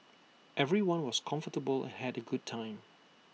everyone was comfortable and had A good time